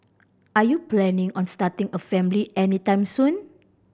are you planning on starting a family anytime soon